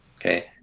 okay